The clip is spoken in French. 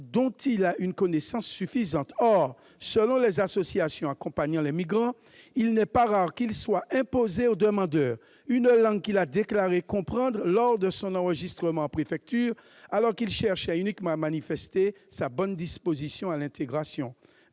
dont il a une connaissance suffisante ». Or, selon les associations accompagnant les migrants, il n'est pas rare qu'il soit imposé au demandeur une langue qu'il a déclaré comprendre lors de son enregistrement en préfecture, alors qu'il cherchait uniquement à manifester sa bonne disposition à l'intégration.